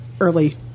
early